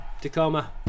Tacoma